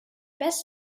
best